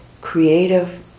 creative